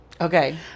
Okay